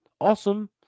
Awesome